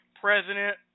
President